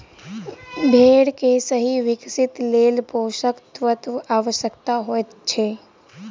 भेंड़ के सही विकासक लेल पोषण तत्वक आवश्यता होइत छै